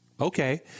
Okay